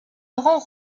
laurent